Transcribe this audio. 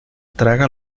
traga